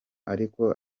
ariko